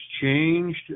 changed